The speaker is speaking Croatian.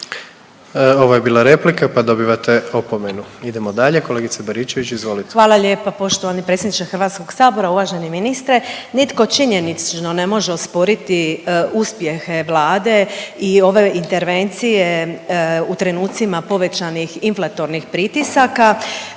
Ovo je bila replika pa dobivate opomenu. Idemo dalje kolegice Baričević izvolite. **Baričević, Danica (HDZ)** Hvala lijepa poštovani predsjedniče HS-a. Uvaženi ministre. Nitko činjenično ne može osporiti uspjehe Vlade i ove intervencije u trenucima povećanih inflatornih pritisaka